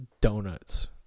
donuts